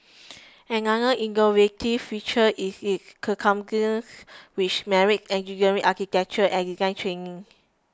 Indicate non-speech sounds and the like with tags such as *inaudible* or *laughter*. *noise* another innovative feature is its *unintelligible* which marries engineering architecture and design training